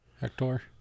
Hector